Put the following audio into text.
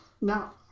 Now